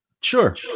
Sure